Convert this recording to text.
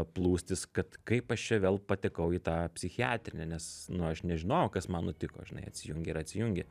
plūstis kad kaip aš čia vėl patekau į tą psichiatrinę nes nu aš nežinojau kas man nutiko žinai atsijungė ir atsijungė